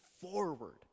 forward